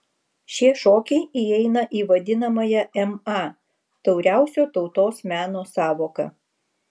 šie šokiai įeina į vadinamąją ma tauriausio tautos meno sąvoką